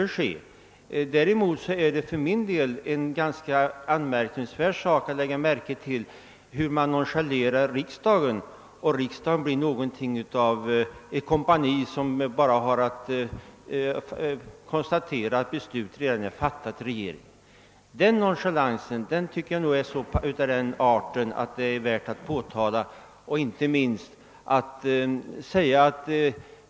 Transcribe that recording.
Däremot är det anmärkningsvärt att regeringen nonchalerar riksdagen, varigenom denna blir ett kompani som bara kan konstatera att beslut redan är fattade inom regeringen. Denna nonchalans är av den art att den är värd att påtala.